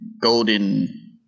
golden